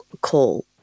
call